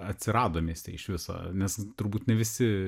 atsirado mieste iš viso nes turbūt ne visi